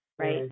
Right